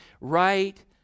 right